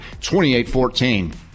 28-14